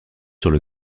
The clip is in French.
sur